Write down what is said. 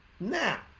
Now